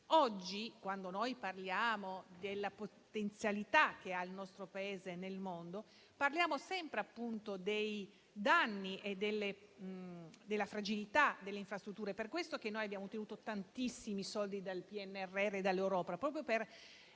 Oggi, quando noi parliamo della potenzialità del nostro Paese nel mondo, parliamo sempre dei danni e della fragilità delle infrastrutture. È per questo che noi abbiamo ottenuto tantissimi soldi dal PNRR e dall'Europa, proprio per